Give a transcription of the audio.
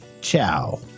ciao